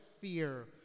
fear